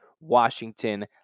Washington